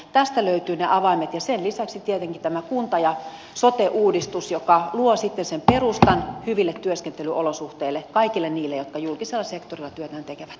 tästä löytyvät ne avaimet ja sen lisäksi tietenkin on tämä kunta ja sote uudistus joka luo sitten sen perustan hyville työskentelyolosuhteille kaikille niille jotka julkisella sektorilla työtään tekevät